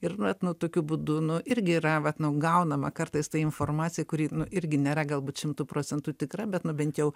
ir nu vat nu tokiu būdu nu irgi yra vat nu gaunama kartais ta informacija kuri nu irgi nėra galbūt šimtu procentų tikra bet nu bent jau